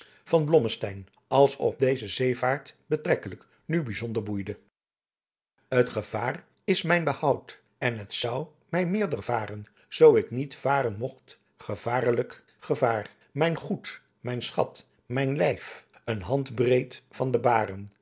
blommesteyn als op de zeevaart betrekkelijk nu bijzonder boeide adriaan loosjes pzn het leven van johannes wouter blommesteyn t gevaar is mijn behoud en t zou mij meerder vaaren zoo ik niet vaaren mogt gevarelijk gevaar mijn goed mijn schat mijn lijf een handbreet van de baren